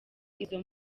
izo